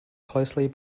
closely